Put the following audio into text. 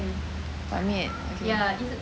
ban mian okay